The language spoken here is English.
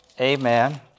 Amen